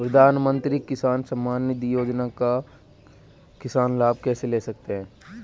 प्रधानमंत्री किसान सम्मान निधि योजना का किसान लाभ कैसे ले सकते हैं?